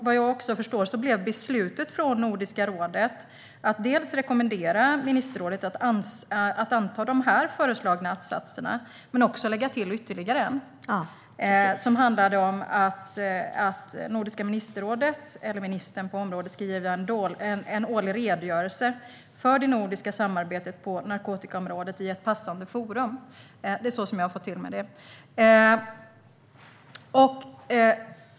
Vad jag förstår blev beslutet från Nordiska rådet att dels rekommendera ministerrådet att anta dessa föreslagna att-satser men också att lägga till ytterligare en som handlade om att Nordiska ministerrådet, eller ministern på området, ska göra en årlig redogörelse för det nordiska samarbetet på narkotikaområdet i ett passande forum. Det är så som det har framförts till mig.